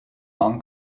non